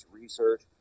research